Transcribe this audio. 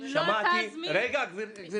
לא אתה, אז מי?